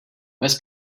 bez